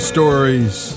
Stories